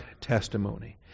testimony